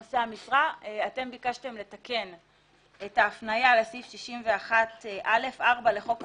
אתם ביקשתם את ההפניה לסעיף 61(א)(4) לחוק העונשין.